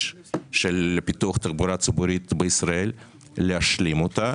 של פיתוח תחבורה ציבורית בישראל להשלים אותה,